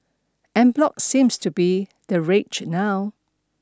enblock seems to be the rage now